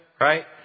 right